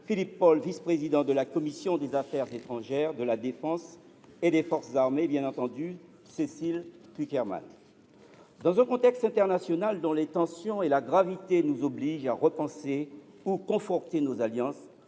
Philippe Paul, vice président de la commission des affaires étrangères, de la défense et des forces armées et, bien entendu, Cécile Cukierman. Dans un contexte international où les tensions et la gravité nous obligent à repenser ou conforter nos alliances,